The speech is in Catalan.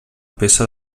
peça